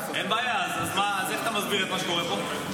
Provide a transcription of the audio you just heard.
אין בעיה, אז איך אתה מסביר את מה שקורה פה?